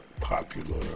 popular